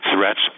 threats